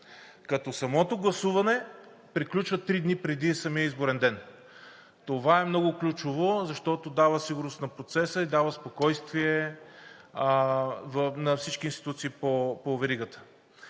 като самото гласуване приключва три дни преди самия изборен ден. Това е много ключово, защото дава сигурност на процеса и дава спокойствие на всички институции по веригата.